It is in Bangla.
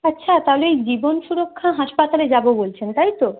আচ্ছা তাহলে এই জীবন সুরক্ষা হাসপাতালে যাব বলছেন তাই তো